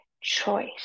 choice